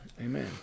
Amen